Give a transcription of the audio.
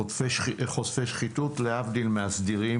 חוק חושפי שחיתות, להבדיל מהסדירים